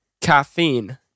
caffeine